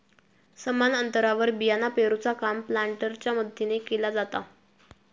समान अंतरावर बियाणा पेरूचा काम प्लांटरच्या मदतीने केला जाता